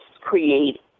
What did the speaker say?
create